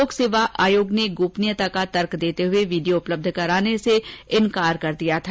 लोकसेवा आयोग ने गोपनीयता का तर्क देते हए वीडियो उपलब्ध कराने से इनकार कर दिया था